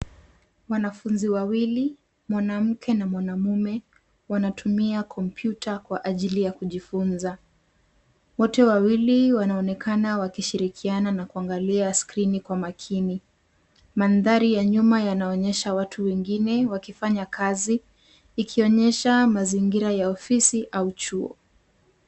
Wanafunzi wawili, mwanamke na mwanamume, wanatumia kompyuta kwa ajili ya kujifunza. Wote wawili wanaonekana wakishirikiana na kuangalia skrini kwa makini. Mandhari ya nyuma yanaonyesha watu wengine wakifanya kazi, ikionyesha mazingira ya ofisi au chuo.